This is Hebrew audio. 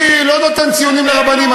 אני לא נותן ציונים לרבנים,